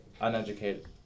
uneducated